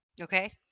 Okay